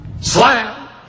Slam